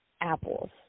apples